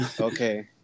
Okay